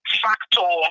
factor